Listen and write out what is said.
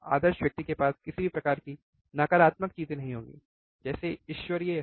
आदर्श व्यक्ति के पास किसी भी प्रकार की नकारात्मक चीजें नहीं होंगी जैसे ईश्वरीय है